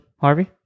Harvey